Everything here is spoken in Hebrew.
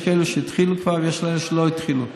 יש כאלה שהתחילו כבר ויש כאלה שלא התחילו.